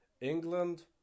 England